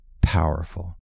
powerful